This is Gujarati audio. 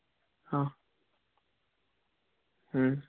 હં હમ